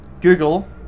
Google